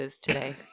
today